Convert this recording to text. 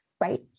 Right